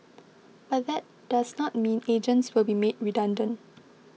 but that does not mean agents will be made redundant